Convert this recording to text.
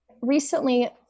recently